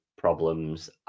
problems